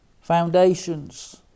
foundations